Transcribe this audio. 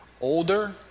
older